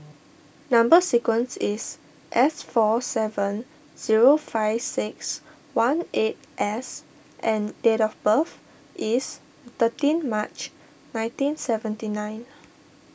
Number Sequence is S four seven zero five six one eight S and date of birth is thirteen March nineteen seventy nine